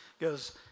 Goes